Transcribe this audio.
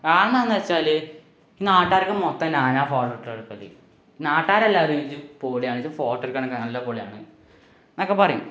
കാരണമെന്ന് വെച്ചാല് ഈ നാട്ടുകാർക്ക് മൊത്തം ഞാനാണ് ഫോട്ടോ എടുക്കല് നാട്ടുകാരെല്ലാവരും ജ്ജ് പൊളിയാണ് ഫോട്ടോ എടുക്കാനൊക്കെ നല്ല പൊളിയാണ് എന്നൊക്കെ പറയും